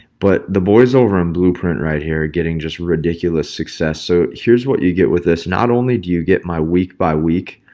but the voiceover and blueprint right here getting just ridiculous success. so here's what you get with this. not only do you get my week by week,